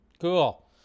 Cool